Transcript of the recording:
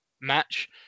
match